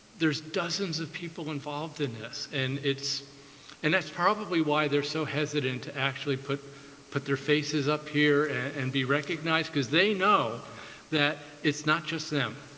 there's dozens of people involved in this. and it's and that's probably why they're so hesitant to actually put put their faces up here and be recognized, because they know that it's not just them.